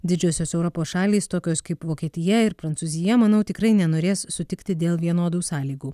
didžiosios europos šalys tokios kaip vokietija ir prancūzija manau tikrai nenorės sutikti dėl vienodų sąlygų